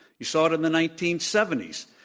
you saw it in the nineteen seventy s.